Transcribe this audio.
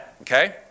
okay